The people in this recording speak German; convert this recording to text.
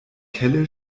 kelle